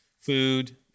food